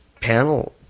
panel